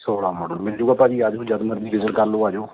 ਸੋਲ੍ਹਾਂ ਮੋਡਲ ਮਿਲ ਜੂਗਾ ਭਾਅ ਜੀ ਆ ਜੋ ਜਦ ਮਰਜ਼ੀ ਵਿਜ਼ਿਟ ਕਰ ਲਉ ਆ ਜੋ